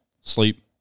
sleep